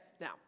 Now